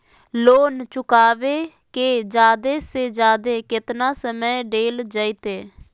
Loan चुकाबे के जादे से जादे केतना समय डेल जयते?